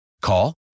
Call